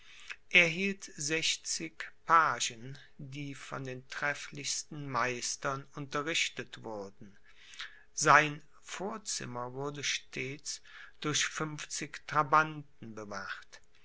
hielt sechzig pagen die von den trefflichsten meistern unterrichtet wurden sein vorzimmer wurde stets durch fünfzig trabanten bewacht